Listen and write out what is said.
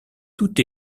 tout